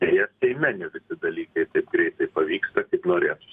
deja seime ne visi dalykai taip greit pavyksta kaip norėtųs